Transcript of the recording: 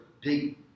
big